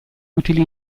utili